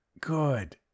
Good